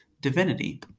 divinity